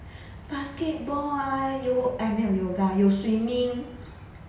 basketball ah yo~ eh 没有 yoga 有 swimming